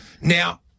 Now